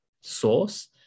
source